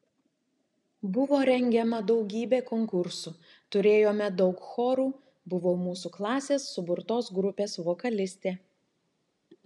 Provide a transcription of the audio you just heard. buvo rengiama daugybė konkursų turėjome daug chorų buvau mūsų klasės suburtos grupės vokalistė